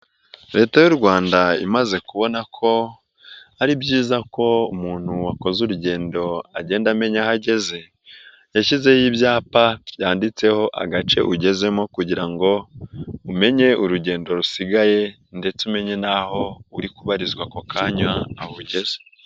Leta y'u rwanda imaze kubona ko ari byiza ko umuntu wakoze urugendo agenda amenya aho ageze, yashyizeho ibyapa byanditseho agace ugezemo kugira ngo umenye urugendo rusigaye, ndetse umenye n'aho uri kubarizwa ako kanya aho ugeze.